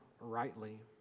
rightly